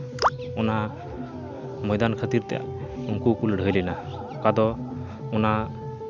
ᱚᱱᱟ ᱢᱚᱭᱫᱟᱱ ᱠᱷᱟᱹᱛᱤᱨ ᱛᱮ ᱩᱝᱠᱩ ᱠᱚ ᱞᱟᱹᱲᱦᱟᱹᱭ ᱞᱮᱱᱟ ᱚᱠᱟ ᱫᱚ ᱚᱱᱟ